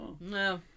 No